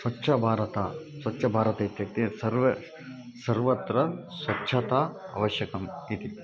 स्वच्छभारतं स्वच्छभारतम् इत्युक्ते सर्वत्र सर्वत्र स्वच्छता आवश्यकी इति